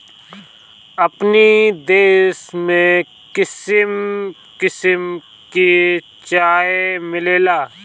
अपनी देश में किसिम किसिम के चाय मिलेला